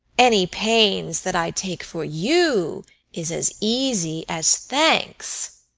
any pains that i take for you is as easy as thanks.